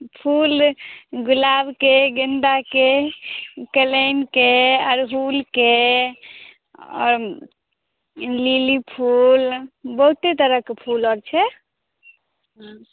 ओ फूल गुलाबके गेन्दाके कनैलके अड़हुलके आओर लीली फूल बहुते तरहके फूल आओर छै